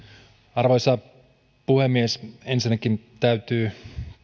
arvoisa puhemies ensinnäkin täytyy